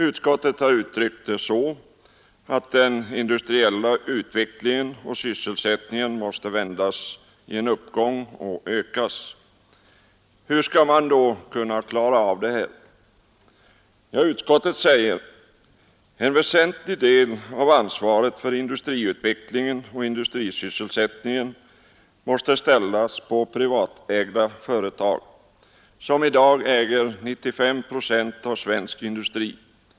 Utskottet har uttryckt detta så: ”Den industriella i en uppgång och ökas.” utvecklingen och sysselsättningen måste vändas Hur skall man då klara detta? Utskottet säger: ”En väsentlig del av selsättningen måste ansvaret för industriutvecklingen och industris ställas på privatägda företag, som i dag äger 95 procent av svensk industri.